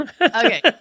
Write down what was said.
okay